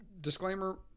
Disclaimer